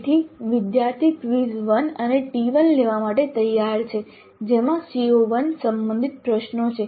તેથી વિદ્યાર્થી ક્વિઝ 1 અને T1 લેવા માટે તૈયાર છે જેમાં CO1 સંબંધિત પ્રશ્નો છે